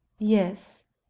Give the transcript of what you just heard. yes.